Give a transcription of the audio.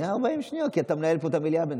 40 שניות, כי אתה מנהל פה את המליאה בינתיים.